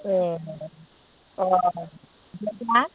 एह अह थोगोन ना